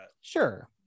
Sure